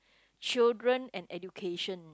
children and education